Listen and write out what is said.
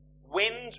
wind